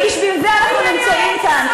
ובשביל זה אנחנו נמצאים כאן.